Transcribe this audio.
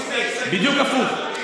בדיוק הפוך.